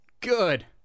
Good